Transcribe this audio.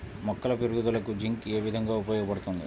మొక్కల పెరుగుదలకు జింక్ ఏ విధముగా ఉపయోగపడుతుంది?